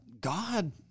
God